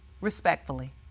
respectfully